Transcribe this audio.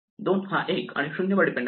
2 हा 1 आणि 0 वर डिपेंड आहे